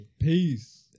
Peace